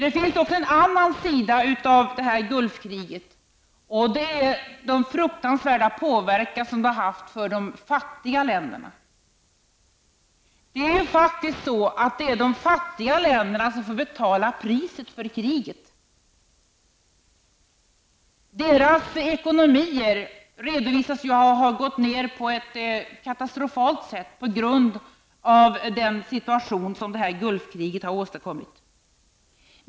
Det finns också en annan sida av Gulfkriget, nämligen den fruktansvärda påverkan som det haft för de fattiga länderna. Det är faktiskt de fattiga länderna som får betala priset för kriget. Det redovisas ju att deras ekonomier har försämrats på ett katastrofalt sätt på grund av den situation som Gulfkriget har åstadkommit.